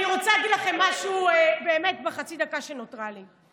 אני רוצה להגיד לכם משהו בחצי דקה שנותרה לי.